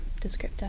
descriptor